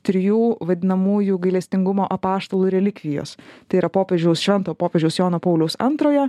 trijų vadinamųjų gailestingumo apaštalų relikvijos tai yra popiežiaus švento popiežiaus jono pauliaus antrojo